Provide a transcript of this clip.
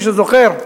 מי שזוכר,